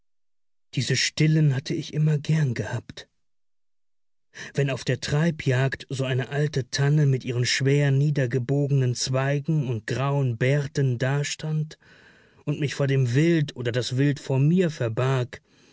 diese stillen hatte ich immer gern gehabt wenn auf der treibjagd so eine alte tanne mit ihren schwer niedergebogenen zweigen und grauen bärten dastand und mich vor dem wild oder das wild vor mir verbarg